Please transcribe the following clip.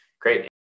Great